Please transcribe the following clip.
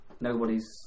nobody's